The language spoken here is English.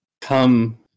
come